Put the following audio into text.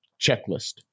checklist